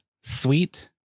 sweet